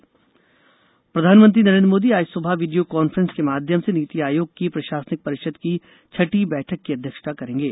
प्रधानमंत्री नीति आयोग प्रधानमंत्री नरेंद्र मोदी आज सुबह वीडियो कॉन्फ्रेंस के माध्यम से नीति आयोग की प्रशासनिक परिषद की छठी बैठक की अध्यक्षता करेंगे